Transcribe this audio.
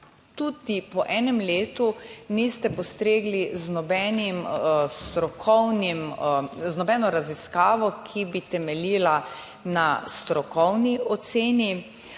tudi po enem letu niste postregli z nobeno raziskavo, ki bi temeljila na strokovni oceni,